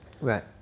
right